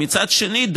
ומצד שני,